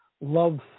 love